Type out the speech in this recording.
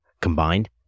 combined